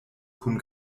kun